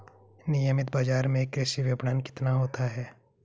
नियमित बाज़ार में कृषि विपणन कितना होता है?